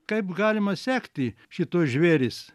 kaip galima sekti šituos žvėris